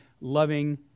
loving